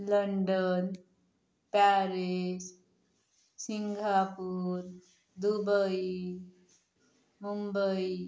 London Paris Singapore Dubai Mumbai